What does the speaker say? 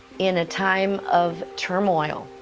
in a time of turmoil.